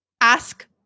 ask